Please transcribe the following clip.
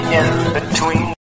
in-between